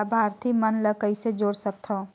लाभार्थी मन ल कइसे जोड़ सकथव?